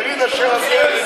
תגיד "אשר על כן".